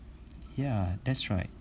ya that's right